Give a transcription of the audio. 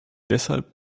deshalb